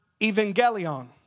evangelion